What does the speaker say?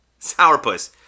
Sourpuss